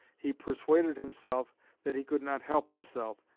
he persuaded himself that he could not help himself,